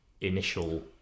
initial